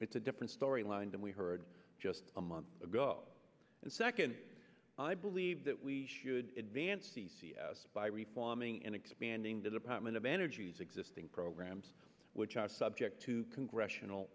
it's a different story line than we heard just a month ago and second i believe that we should advance c c s by replumbing and expanding the department of energy's existing programs which are subject to congressional